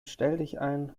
stelldichein